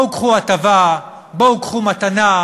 בואו קחו הטבה, בואו קחו מתנה,